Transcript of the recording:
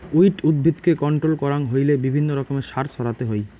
weed উদ্ভিদকে control করাং হইলে বিভিন্ন রকমের সার ছড়াতে হই